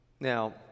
Now